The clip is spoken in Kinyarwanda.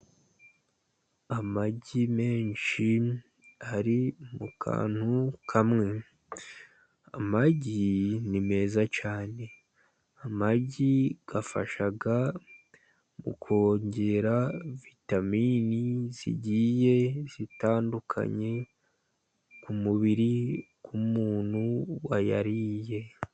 Amagi menshi ari mu kantu kamwe. Amagi ni meza cyane, amagi afasha mukongera vitaminini zigiye zitandukanye ku mubiri w'umuntu wayariye.